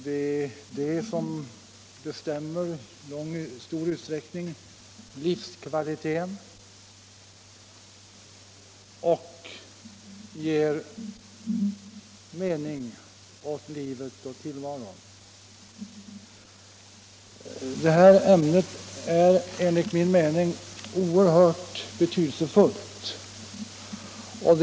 Det är i stor utsträckning den som bestämmer livskvalitén och ger mening åt livet och tillvaron. Det här ämnet är enligt min mening oerhört betydelsefullt.